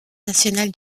national